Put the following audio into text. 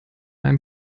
einem